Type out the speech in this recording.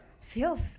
Feels